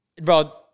bro